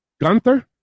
Gunther